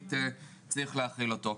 מידית להחיל אותו.